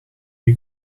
you